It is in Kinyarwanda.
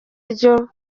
ryo